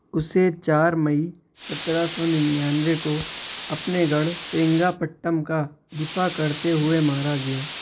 اسے چار مئی سترہ سو ننیانوے کو اپنے گڑھ سرنگا پٹم کا دفاع کرتے ہوئے مارا گیا